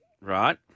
Right